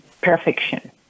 perfection